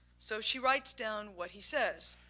so she writes down what he says.